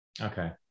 Okay